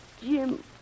Jim